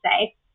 say